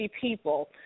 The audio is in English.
people